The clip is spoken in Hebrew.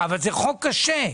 אבל זה חוק קשה.